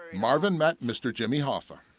marvin met mr. jimmy hoffa.